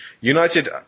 United